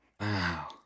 Wow